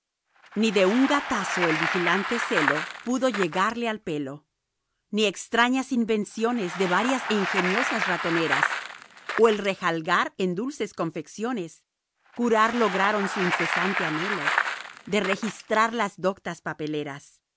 ni de un gatazo el vigilante celo pudo llegarle al pelo ni extrañas invenciones de varias e ingeniosas ratoneras o el rejalgar en dulces confecciones curar lograron su incesante anhelo de registrar las doctas papeleras